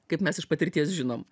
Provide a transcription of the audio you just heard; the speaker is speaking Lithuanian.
kaip mes iš patirties žinom